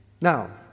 Now